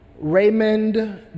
Raymond